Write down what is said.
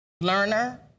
Learner